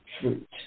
fruit